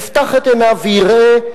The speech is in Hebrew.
יפתח את עיניו ויראה,